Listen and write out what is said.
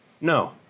No